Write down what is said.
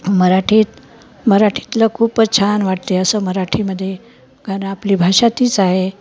मराठीत मराठीतलं खूपच छान वाटते असं मराठीमध्ये कारण आपली भाषा तीच आहे